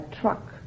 truck